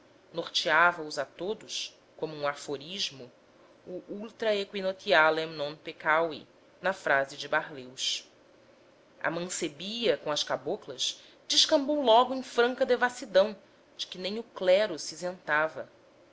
corrompidos norteava os a todos como um aforismo o ultra aequinoctialem non peccari na frase de barleus a mancebia com as caboclas descambou logo em franca devassidão de que nem o clero se isentava